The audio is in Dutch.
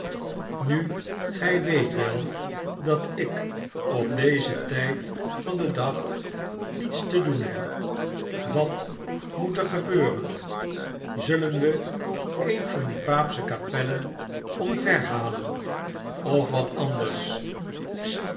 nu gij weet wel dat ik op dezen tijd van den dag niets te doen heb wat moet er gebeuren zullen we een van die paapsche kapellen omverhalen of wat anders